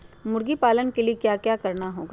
मुर्गी पालन के लिए क्या करना होगा?